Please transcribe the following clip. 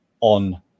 on